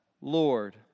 Lord